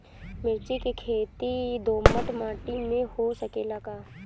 मिर्चा के खेती दोमट माटी में हो सकेला का?